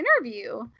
interview